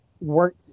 work